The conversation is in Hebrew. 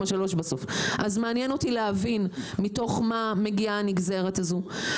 מעניין אותי להבין מתוך מה מגיעה הנגזרת הזו.